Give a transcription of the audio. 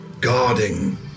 Guarding